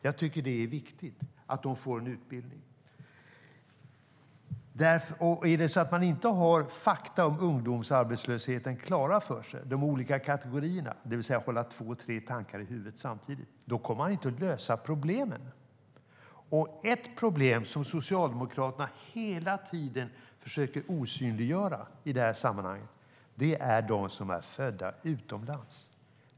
Jag tycker att det är viktigt att de får en utbildning. Om man inte har fakta om ungdomsarbetslösheten klara för sig, de olika kategorierna, och alltså inte håller två eller tre tankar i huvudet samtidigt kommer man inte att lösa problemen. Ett problem som Socialdemokraterna hela tiden försöker osynliggöra i det här sammanhanget är det som handlar om dem som är födda utomlands.